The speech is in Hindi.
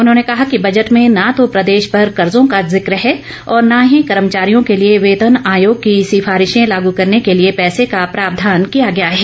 उन्होंने कहा कि बजट में न तो प्रदेश पर कर्जों का जिक्र है और न ही कर्मचारियों के लिए वेतन आयोग की सिफारिशें लागू करने के लिए पैसे का प्रावधान किया गया है